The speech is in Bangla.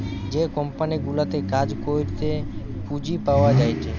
যে কোম্পানি গুলাতে কাজ করাতে পুঁজি পাওয়া যায়টে